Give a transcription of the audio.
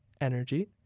energy